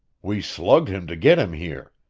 we slugged him to get him here.